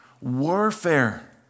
warfare